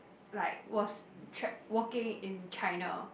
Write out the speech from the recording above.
like was tra~ working in China